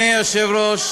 מה זה הדבר הזה?